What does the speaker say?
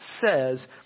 says